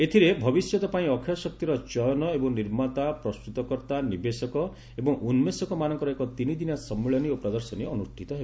ଏଥିରେ ଭବିଷ୍ୟତ ପାଇଁ ଅକ୍ଷୟ ଶକ୍ତିର ଚୟନ ଏବଂ ନିର୍ମାତା ପ୍ରସ୍ତୁତକର୍ଭା ନିବେଶକ ଏବଂ ଉନ୍କେଷକମାନଙ୍କର ଏକ ତିନିଦିନଆ ସମ୍ମିଳନୀ ଓ ପ୍ରଦର୍ଶନୀ ଅନୁଷ୍ଠିତ ହେବ